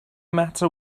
matter